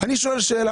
שואל שאלה.